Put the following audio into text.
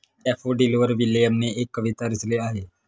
डॅफोडिलवर विल्यमने एक कविता रचली आहे